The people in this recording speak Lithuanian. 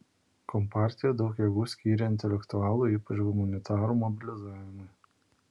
kompartija daug jėgų skyrė intelektualų ypač humanitarų mobilizavimui